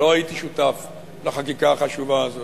לא הייתי שותף לחקיקה החשובה הזאת,